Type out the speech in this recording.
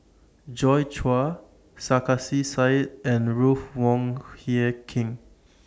Joi Chua Sarkasi Said and Ruth Wong Hie King